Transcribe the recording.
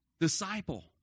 disciple